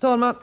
Herr talman!